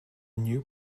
new